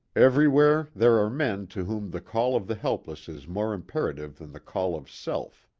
every where there are men to whom the call of the helpless is more imperative than the call of self.